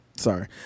sorry